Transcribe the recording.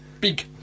Big